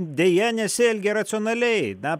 deja nesielgia racionaliai na